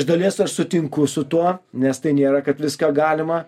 iš dalies aš sutinku su tuo nes tai nėra kad viską galima